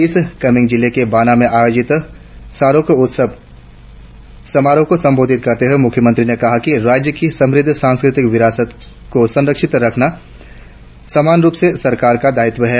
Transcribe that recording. east Kameng जिले के बाना में आयोजित सारोक उत्सव समारोह को संबोधित करते हुए मुख्यमंत्री ने कहा कि राज्य की समृद्ध सांस्कृतिक विरासत को संरक्षित रखना समान रुप से सरकार का दायित्व हैं